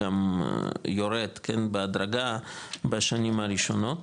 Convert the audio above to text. גם יורד בהדרגה בשנים הראשונות.